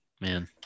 Man